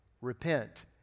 Repent